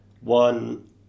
One